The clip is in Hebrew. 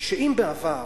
שאם בעבר,